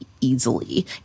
easily